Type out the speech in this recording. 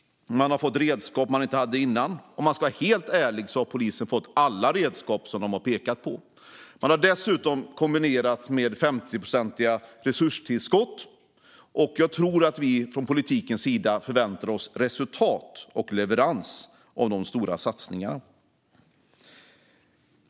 De har fått redskap de inte hade innan. Om man ska vara ärlig har polisen fått alla redskap som de har pekat på. Det har dessutom kombinerats med 50 procents resurstillskott, och jag tror att vi från politikens sida förväntar oss resultat och leverans av de stora satsningarna.